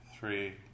three